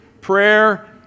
Prayer